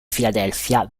filadelfia